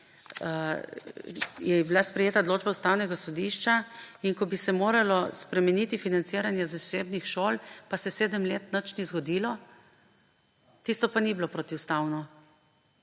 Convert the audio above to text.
ko je bila sprejeta odločba Ustavnega sodišča in bi se moralo spremeniti financiranje zasebnih šol, pa se sedem let nič ni zgodilo? Tisto pa ni bilo protiustavno?